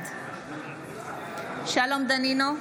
בעד שלום דנינו,